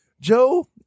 joe